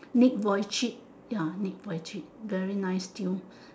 nick voichick ya nick voichick very nice tune